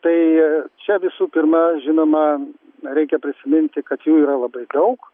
tai čia visų pirma žinoma reikia prisiminti kad jų yra labai daug